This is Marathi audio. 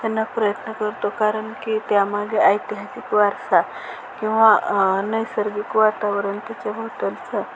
त्यांना प्रयत्न करतो कारण की त्यामध्ये ऐतिहासिक वारसा किंवा नैसर्गिक वातावरण त्याच्या भवतालचं